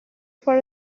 for